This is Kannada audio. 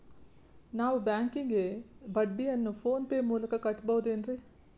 ನಾವು ಬ್ಯಾಂಕಿಗೆ ಬಡ್ಡಿಯನ್ನು ಫೋನ್ ಪೇ ಮೂಲಕ ಕಟ್ಟಬಹುದೇನ್ರಿ?